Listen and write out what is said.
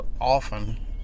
often